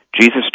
Jesus